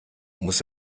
muss